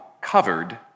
covered